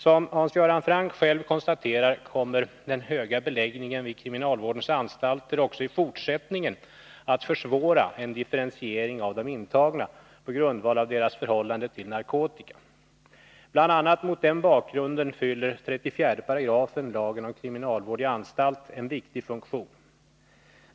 Som Hans Göran Franck själv konstaterar kommer den höga beläggningen vid kriminalvårdens anstalter även fortsättningsvis att försvåra en differentiering av de intagna på grundval av deras förhållande till narkotika. Bl. a. mot den bakgrunden fyller 34 § lagen om kriminalvård i anstalt en viktig funktion.